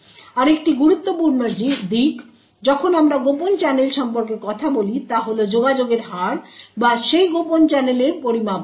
আরেকটি গুরুত্বপূর্ণ দিক যখন আমরা কোভার্ট চ্যানেল সম্পর্কে কথা বলি তা হল যোগাযোগের হার বা সেই কোভার্ট চ্যানেলের পরিমাপ করা